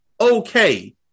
Okay